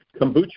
kombucha